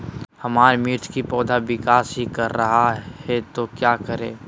हमारे मिर्च कि पौधा विकास ही कर रहा है तो क्या करे?